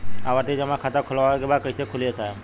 आवर्ती जमा खाता खोलवावे के बा कईसे खुली ए साहब?